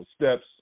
steps